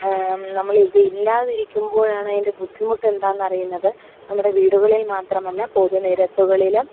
നമ്മൾ ഇത് ഇല്ലാതിരിക്കുമ്പോഴാണതിൻ്റെ ബുദ്ധിമുട്ടെന്താണെന്നറിയുന്നത് നമ്മുടെ വീടുകളിൽ മാത്രമല്ല പൊതുനിരത്തുകളിലും